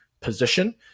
position